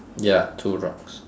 ya two rocks